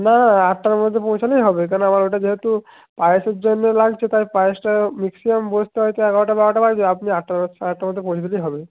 না না না আটটার মধ্যে পৌঁছালেই হবে কেননা আমার ওটা যেহেতু পায়েসের জন্য লাগছে তাই পায়েসটা ম্যাক্সিমাম বসতে হয়তো এগারোটা বারোটা বাজবে আপনি আটটা সাড়ে আটটার মধ্যে পৌঁছে দিলেই হবে